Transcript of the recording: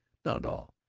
not at all.